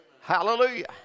Hallelujah